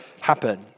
happen